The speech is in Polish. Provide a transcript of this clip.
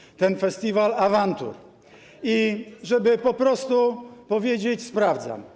Prezes. ...ten festiwal awantur, i żeby po prostu powiedzieć: sprawdzam.